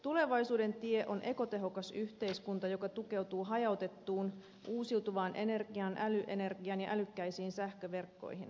tulevaisuuden tie on ekotehokas yhteiskunta joka tukeutuu hajautettuun uusiutuvaan energiaan älyenergiaan ja älykkäisiin sähköverkkoihin